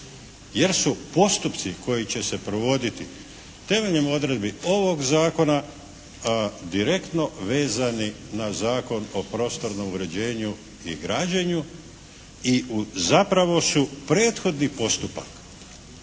jer su postupci koji će se provoditi temeljem odredbi ovog Zakona direktno vezani na Zakon o prostornom uređenju i građenju i zapravo su prethodni postupak